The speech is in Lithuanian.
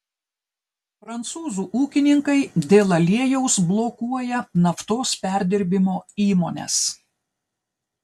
prancūzų ūkininkai dėl aliejaus blokuoja naftos perdirbimo įmones